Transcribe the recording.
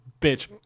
bitch